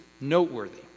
noteworthy